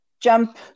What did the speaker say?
jump